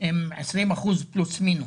בחברה הערבית הוא 20% פלוס-מינוס.